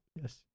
Yes